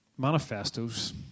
manifestos